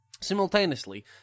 Simultaneously